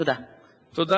(תיקון,